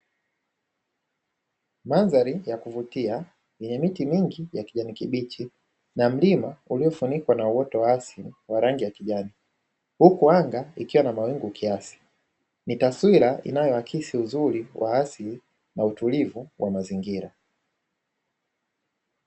Mandhari ya kuvutia yenye miti mingi ya kijani kibichi na mlima uliofunikwa na uoto wa asili wa rangi ya kijani, huku anga ikiwa na mawingu kiasi. Ni taswira inayoakisi uzuri wa asili na utulivu wa mazingira.